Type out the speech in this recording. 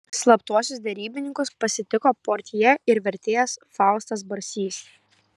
slaptuosius derybininkus pasitiko portjė ir vertėjas faustas barsys